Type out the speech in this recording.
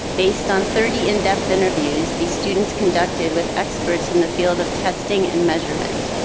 based on thirty in-depth interviews, these students conducted with experts in the field of testing and measurement.